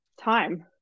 time